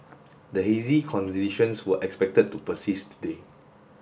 the hazy conditions were expected to persist today